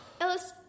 Ellis